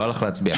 לא הלך להצביע,